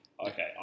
Okay